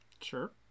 Sure